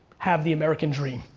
have the american dream.